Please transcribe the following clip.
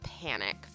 panic